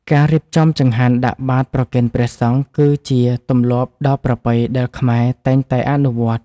ការរៀបចំចង្ហាន់ដាក់បាតប្រគេនព្រះសង្ឃ គឺជាទម្លាប់ដ៏ប្រពៃដែលខ្មែរតែងតែអនុវត្ត។